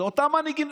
זה אותם מנהיגים,